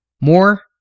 More